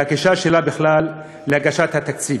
הממשלה עצמה והגישה שלה בכלל להגשת התקציב.